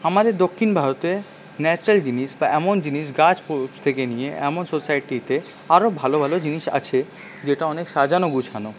আমাদের দক্ষিণ ভারতে ন্যাচরাল জিনিস বা এমন জিনিস গাছ গোছ থেকে নিয়ে এমন সোসাইটিতে আরও ভালো ভালো জিনিস আছে যেটা অনেক সাজানো গুছানো